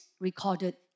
recorded